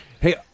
Hey